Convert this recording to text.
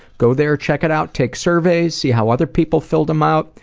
go there, check it out, take surveys, see how other people filled them out,